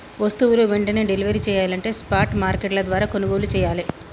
వస్తువులు వెంటనే డెలివరీ చెయ్యాలంటే స్పాట్ మార్కెట్ల ద్వారా కొనుగోలు చెయ్యాలే